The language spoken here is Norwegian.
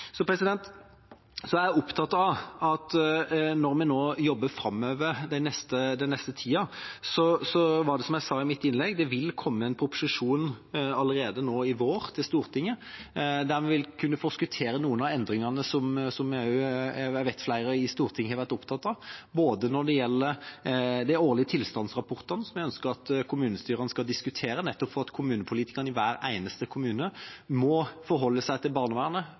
Jeg er opptatt av at når vi jobber i tida framover, vil det – som jeg sa i mitt innlegg – allerede nå i vår komme en proposisjon til Stortinget. Der vil vi kunne forskuttere noen av endringene som jeg vet flere i Stortinget har vært opptatt av når det gjelder de årlige tilstandsrapportene – som vi ønsker at kommunestyrene skal diskutere nettopp for at kommunepolitikerne i hver eneste kommune må forholde seg til barnevernet